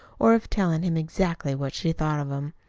or of telling him exactly what she thought of him.